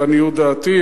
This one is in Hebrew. לעניות דעתי,